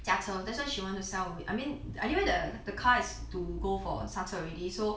驾车 that's why she want to sell away I mean anyway the the car is to go for already so